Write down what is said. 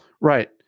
Right